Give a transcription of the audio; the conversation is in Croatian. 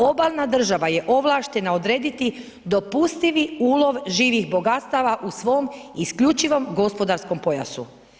Obalna država je ovlaštena odrediti dopustivi ulov živih bogatstava u svom isključivom gospodarskom pojasu.